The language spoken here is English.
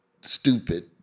stupid